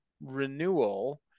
renewal